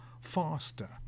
faster